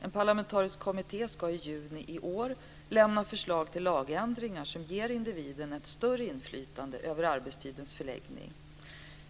En parlamentarisk kommitté ska i juni i år lämna förslag till lagändringar som ger individen ett större inflytande över arbetstidens förläggning.